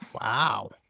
Wow